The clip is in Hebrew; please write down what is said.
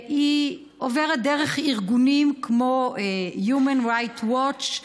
היא עוברת דרך ארגונים כמו Human rights watch,